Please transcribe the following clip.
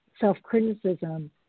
self-criticism